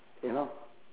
you know